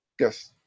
Yes